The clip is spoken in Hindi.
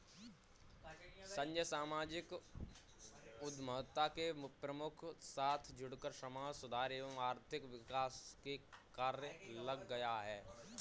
संजय सामाजिक उद्यमिता के प्रमुख के साथ जुड़कर समाज सुधार एवं आर्थिक विकास के कार्य मे लग गया